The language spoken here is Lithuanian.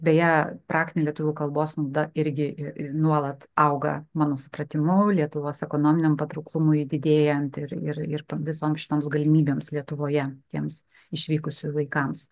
beje praktinė lietuvių kalbos nauda irgi ir nuolat auga mano supratimu lietuvos ekonominiam patrauklumui didėjant ir ir ir visoms šitoms galimybėms lietuvoje tiems išvykusiųjų vaikams